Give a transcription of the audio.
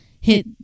hit